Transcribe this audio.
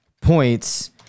points